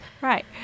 Right